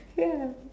ya